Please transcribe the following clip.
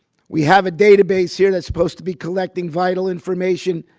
we have a database here that's supposed to be collecting vital information,